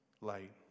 light